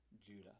Judah